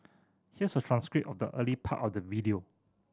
here's a transcript of the early part of the video